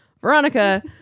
Veronica